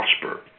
prosper